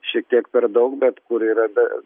šiek tiek per daug bet kur yra be